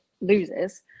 loses